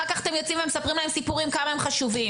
אחר כך אתם יוצאים ומספרים להם סיפורים כמה הם חשובים.